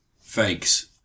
fakes